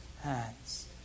hands